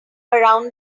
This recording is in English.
around